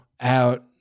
out